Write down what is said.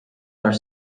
are